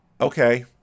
Okay